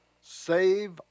Save